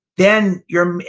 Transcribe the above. then your,